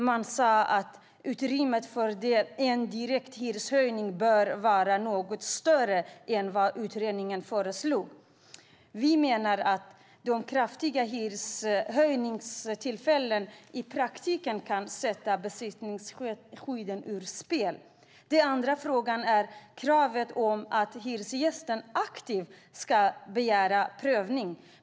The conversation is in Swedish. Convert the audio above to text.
Man sade att "utrymmet för en direkt hyreshöjning bör vara något större än vad utredningen föreslår". Vi menar att kraftiga hyreshöjningar i praktiken kan sätta besittningsskyddet ur spel. Den andra frågan är kravet om att hyresgästen aktivt ska begära prövning.